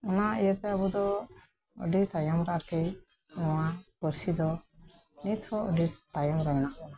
ᱚᱱᱟ ᱤᱭᱟᱹᱛᱮ ᱟᱵᱚ ᱫᱚ ᱟᱰᱤ ᱛᱟᱭᱚᱢ ᱨᱮ ᱟᱨ ᱠᱤ ᱱᱚᱣᱟ ᱯᱟᱸᱨᱥᱤ ᱫᱚ ᱱᱤᱛ ᱦᱚᱸ ᱟᱹᱰᱤ ᱛᱟᱭᱚᱢ ᱨᱮ ᱢᱮᱱᱟᱜ ᱵᱚᱱᱟ